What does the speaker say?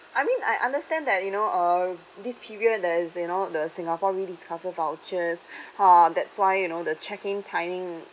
I mean I understand that you know uh this period there's you know the singapore rediscover vouchers ha that's why you know the check-in timing